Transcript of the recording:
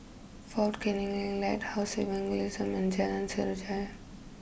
Fort Canning Link Lighthouse Evangelism and Jalan Sejarah